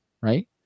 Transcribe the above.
Right